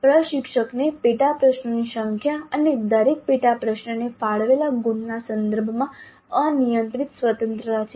પ્રશિક્ષકને પેટા પ્રશ્નોની સંખ્યા અને દરેક પેટા પ્રશ્નને ફાળવેલા ગુણના સંદર્ભમાં અનિયંત્રિત સ્વતંત્રતા છે